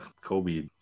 Kobe